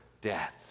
death